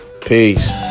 Peace